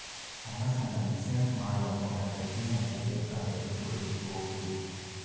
ಸಣ್ಣ ಸಣ್ಣ ಬಿಸಿನೆಸ್ ಮಾಡುವ ಮೂಲಕ ಜೀವನಕ್ಕೆ ಬೇಕಾದ ದುಡ್ಡು ಗಳಿಸ್ಬಹುದು